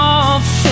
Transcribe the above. off